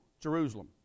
Jerusalem